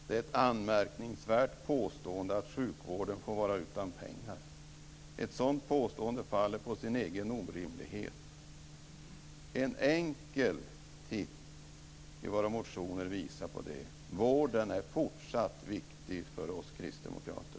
Det är ett anmärkningsvärt påstående att sjukvården får vara utan pengar. Ett sådant påstående faller på sin egen orimlighet. En enkel titt i våra motioner visar på det. Vården är fortsatt viktig för oss kristdemokrater.